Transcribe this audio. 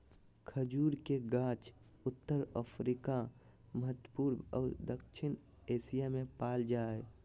खजूर के गाछ उत्तर अफ्रिका, मध्यपूर्व और दक्षिण एशिया में पाल जा हइ